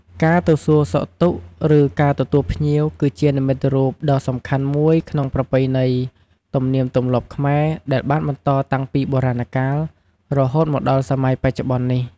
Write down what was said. ការទៅសួរសុខទុក្ខ ឬ ការទទួលភ្ញៀវគឺជានិមិត្តរូបដ៏សំខាន់មួយក្នុងប្រពៃណី ទំនៀមទម្លាប់ខ្មែរ ដែលបានបន្តតាំងពីបុរាណកាល រហូតមកដល់សម័យបច្ចុប្បន្ននេះ។